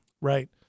Right